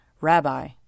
Rabbi